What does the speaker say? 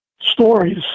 Stories